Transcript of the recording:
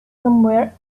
somewhere